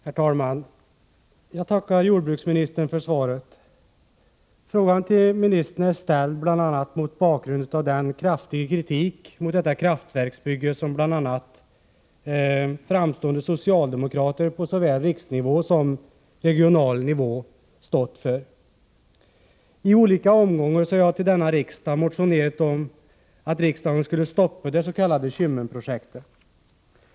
Herr talman! Jag tackar jordbruksministern för svaret. Frågan till ministern är ställd bl.a. mot bakgrund av den kraftiga kritik mot detta kraftverksbygge som bl.a. framstående socialdemokrater på såväl riksnivå som regional nivå har framfört. I olika omgångar har jag till denna riksdag motionerat om att riksdagen skulle stoppa det s.k. Kymmenprojektet.